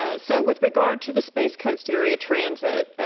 ah so with regards to the space coast area drans sit,